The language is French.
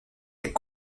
est